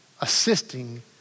assisting